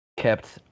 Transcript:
Kept